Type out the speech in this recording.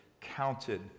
counted